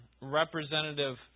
representative